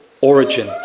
origin